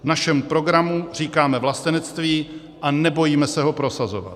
V našem programu říkáme vlastenectví a nebojíme se ho prosazovat.